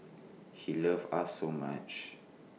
he loved us so much